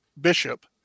bishop